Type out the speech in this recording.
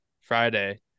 Friday